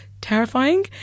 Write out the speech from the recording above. terrifying